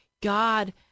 God